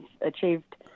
achieved